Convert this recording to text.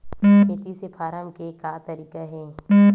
खेती से फारम के का तरीका हे?